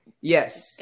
Yes